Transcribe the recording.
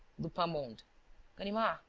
lupin moaned ganimard.